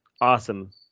awesome